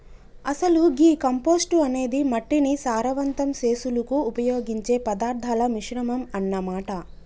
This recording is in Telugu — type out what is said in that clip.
అసలు గీ కంపోస్టు అనేది మట్టిని సారవంతం సెసులుకు ఉపయోగించే పదార్థాల మిశ్రమం అన్న మాట